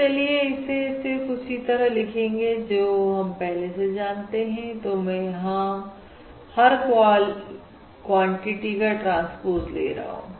तो चलिए इसे सिर्फ उसी तरह लिखेंगे जो हम पहले से जानते हैं तो मैं यहां पर हर क्वालिटी का ट्रांसपोज ले रहा हूं